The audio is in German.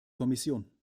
kommission